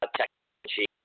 technology